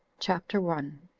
chapter one.